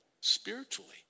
spiritually